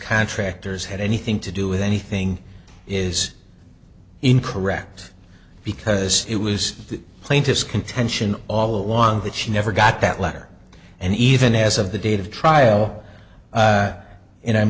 contractors had anything to do with anything is incorrect because it was the plaintiff's contention all along that she never got that letter and even as of the date of trial and i'm